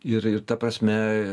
ir ir ta prasme